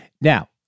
Now